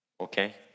okay